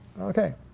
Okay